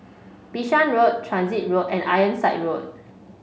Bishan Road Transit Road and Ironside Road